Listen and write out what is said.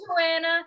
Joanna